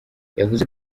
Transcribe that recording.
yavuze